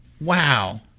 Wow